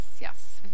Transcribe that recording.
yes